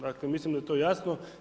Dakle, mislim da je to jasno.